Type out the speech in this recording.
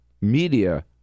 media